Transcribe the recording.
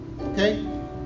Okay